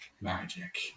magic